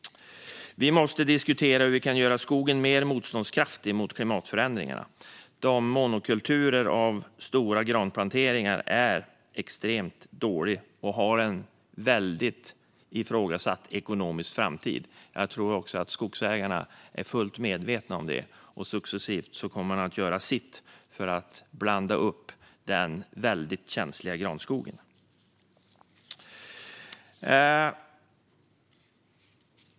Vi måste diskutera hur vi kan göra skogen mer motståndskraftig mot klimatförändringarna. Monokulturer med stora granplanteringar är extremt dåliga och har en väldigt ifrågasatt ekonomisk framtid. Jag tror att också skogsägarna är fullt medvetna om det. Successivt kommer de att göra sitt för att blanda upp den väldigt känsliga granskogen.